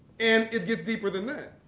and it gets deeper than that.